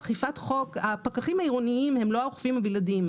הפקחים העירוניים הם לא הבלעדיים.